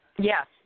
Yes